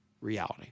reality